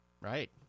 Right